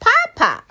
Papa